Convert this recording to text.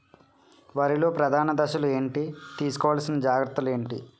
వరిలో ప్రధాన దశలు ఏంటి? తీసుకోవాల్సిన జాగ్రత్తలు ఏంటి?